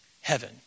Heaven